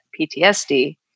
PTSD